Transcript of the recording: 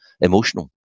emotional